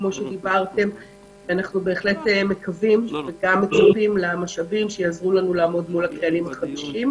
אנחנו מקווים ומצפים למשאבים שיעזרו לנו לעבוד מול הקהלים החדשים.